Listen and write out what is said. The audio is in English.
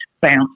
bounce